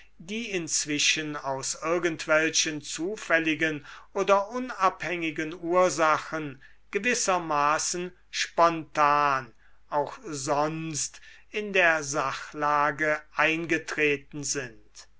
die inzwischen aus irgendwelchen zufälligen oder unabhängigen ursachen gewissermaßen spontan auch sonst in der sachlage eingetreten sind